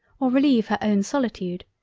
or releive her own solitude,